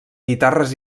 guitarres